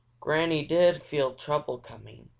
granny did feel trouble coming,